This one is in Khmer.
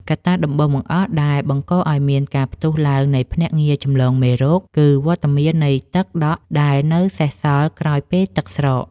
កត្តាដំបូងបង្អស់ដែលបង្កឱ្យមានការផ្ទុះឡើងនៃភ្នាក់ងារចម្លងមេរោគ គឺវត្តមាននៃទឹកដក់ដែលនៅសេសសល់ក្រោយពេលទឹកស្រក។